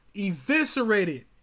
eviscerated